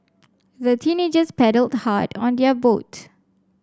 the teenagers paddled hard on their boat